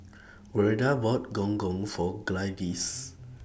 Verda bought Gong Gong For Gladis